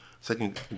second